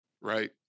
right